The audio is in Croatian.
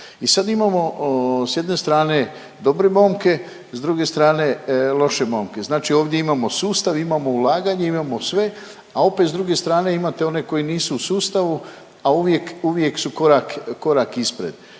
i sad imamo s jedne strane dobre momke, s druge strane loše momke. Znači ovdje imamo sustav, imamo ulaganje, imamo sve, a opet s druge strane imate one koji nisu u sustavu, a uvijek su korak ispred.